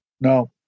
No